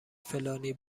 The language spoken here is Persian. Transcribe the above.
فلانی